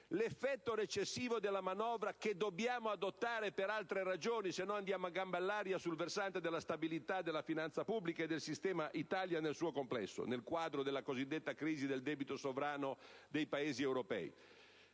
l'effetto recessivo della manovra (che dobbiamo adottare per altre ragioni, altrimenti andiamo a gambe all'aria sul versante della stabilità della finanza pubblica e del sistema Italia nel suo complesso, nel quadro della cosiddetta crisi del debito sovrano dei Paesi europei)